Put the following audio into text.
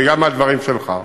וגם מהדברים שלך,